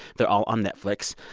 they're all on netflix.